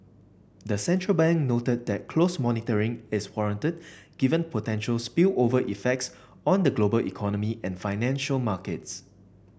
the central bank noted that close monitoring is warranted given potential spillover effects on the global economy and financial markets